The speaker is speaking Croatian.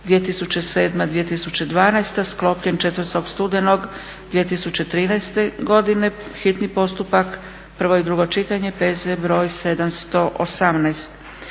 2007. - 2012. sklopljen 04. studenog 2013., hitni postupak, prvo i drugo čitanje, P.Z. br. 718.